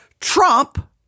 Trump